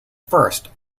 first